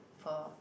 for